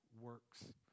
Works